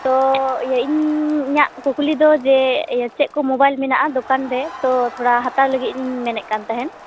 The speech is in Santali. ᱛᱚ ᱤᱭᱟᱹ ᱤᱧ ᱤᱧᱟᱹᱜ ᱠᱩᱠᱞᱤ ᱫᱚ ᱡᱮ ᱤᱭᱟᱹ ᱪᱮᱫ ᱠᱚ ᱢᱳᱵᱟᱭᱤᱞ ᱢᱮᱱᱟᱜᱼᱟ ᱫᱚᱠᱟᱱ ᱨᱮ ᱛᱚ ᱛᱷᱚᱲᱟ ᱦᱟᱛᱟᱣ ᱞᱟᱹᱜᱤᱫ ᱤᱧ ᱢᱮᱱᱮᱫ ᱠᱟᱱ ᱛᱟᱦᱮᱱ